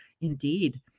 Indeed